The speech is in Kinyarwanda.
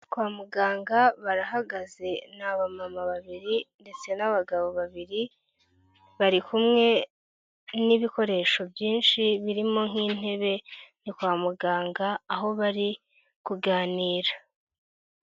Kwa muganga barahagaze ni abamama babiri ndetse n'abagabo babiri bari kumwe n'ibikoresho byinshi birimo nk'intebe yo kwa muganga aho bari kuganira.